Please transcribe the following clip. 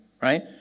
right